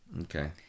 Okay